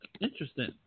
interesting